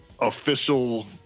official